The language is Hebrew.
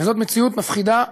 וזאת מציאות מפחידה.